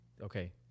okay